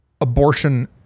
abortion